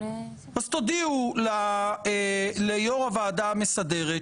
אז תודיעו ליו"ר הוועדה המסדרת,